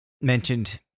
mentioned